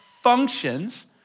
functions